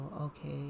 okay